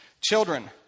Children